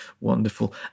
wonderful